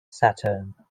saturn